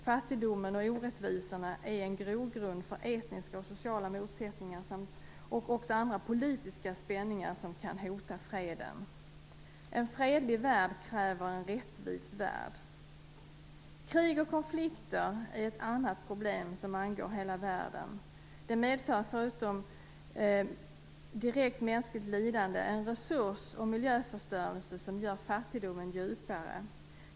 Fattigdomen och orättvisorna är en grogrund för etniska och sociala motsättningar samt andra politiska spänningar som kan hota freden. En fredlig värld kräver en rättvis värld! Krig och konflikter är ett annat problem som angår hela världen. De medför, förutom direkt mänskligt lidande, en resurs och miljöförstörelse som gör fattigdomen djupare.